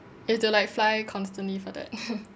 you've to like fly constantly for that